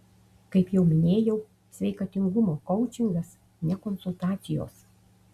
kaip jau minėjau sveikatingumo koučingas ne konsultacijos